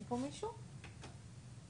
רק לפני שנייה הכריז פה על הכבוד שהוא רוחש לייעוץ